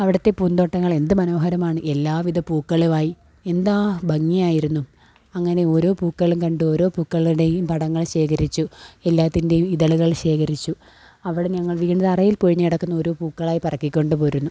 അവിടത്തെ പൂന്തോട്ടങ്ങൾ എന്ത് മനോഹരമാണ് എല്ലാവിധ പൂക്കളുമായി എന്താ ഭംഗിയായിരുന്നു അങ്ങനെ ഓരോ പൂക്കളും കണ്ട് ഓരോ പൂക്കളുടെയും പടങ്ങൾ ശേഖരിച്ചു എല്ലാത്തിൻറ്റെയും ഇതളുകൾ ശേഖരിച്ചു അവടെ ഞങ്ങൾ വീണ് തറയിൽ പൊഴിഞ്ഞ് കിടക്കുന്നൊരു പൂക്കളായ് പെറുക്കിക്കൊണ്ടു പോരുന്നു